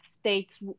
States